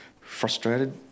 frustrated